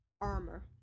armor